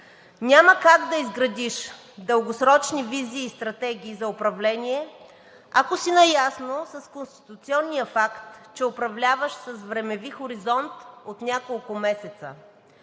Няма как да изградиш дългосрочни визии и стратегии за управление, ако си наясно с конституционния факт, че управляваш с времеви хоризонт от няколко месеца.